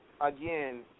again